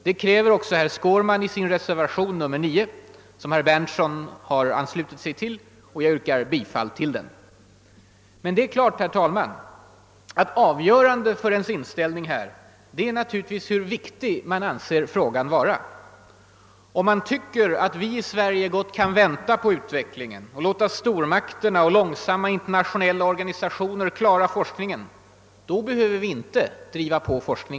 Det kräver också herr Skårman i reservationen 9, till vilken herr Berndtsson redan yrkat bifall. Jag ansluter mig, herr talman, till det yrkandet. Men det är klart, att avgörande för ens inställning är hur viktig man anser frågan vara. Om man tycker att vi i Sverige gott kan vänta på utvecklingen och låta stormakterna och långsamma internationella organisationer klara forsk ningen, då behöver vi inte driva på frågan.